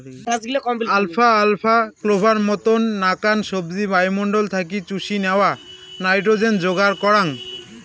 alpha আলফা, clover মতন নাকান সবজি বায়ুমণ্ডল থাকি চুষি ন্যাওয়া নাইট্রোজেন যোগার করাঙ